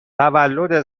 تولد